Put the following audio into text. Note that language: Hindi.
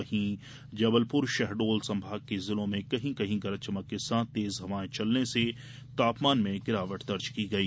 वहीं जबलप्र शहडोल संभाग के जिलों में कहीं कहीं गरज चमक के साथ तेज हवाएं चलने से तापमान में गिरावट दर्ज की गई